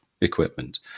equipment